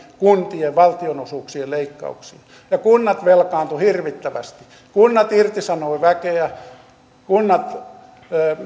kuntien valtionosuuksien leikkauksia kunnat velkaantuivat hirvittävästi kunnat irtisanoivat väkeä kunnat